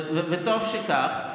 וטוב שכך.